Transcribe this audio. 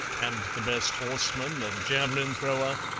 and the best horseman and javelin-thrower,